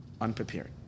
unprepared